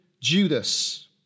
Judas